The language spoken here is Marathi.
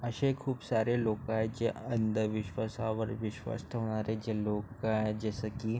असे खूप सारे लोक आहेत जे अंधविश्वासावर विश्वास ठेवणारे जे लोक आहेत जसं की